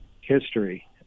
history